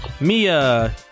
Mia